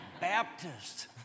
Baptist